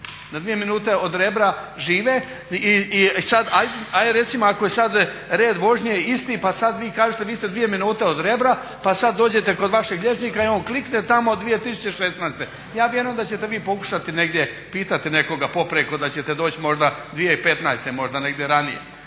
dvije minute od Rebra i sada ajd recimo ako je sada red vožnje isti pa sada vi kažete vi ste dvije minute od Rebra, pa sada dođete kod vašeg liječnika i on klikne tamo 2016., ja vjerujem da ćete vi pokušati negdje pitati nekoga popreko da ćete doći možda 2015., možda negdje ranije.